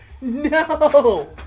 No